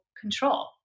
control